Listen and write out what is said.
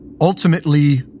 Ultimately